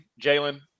Jalen